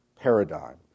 paradigm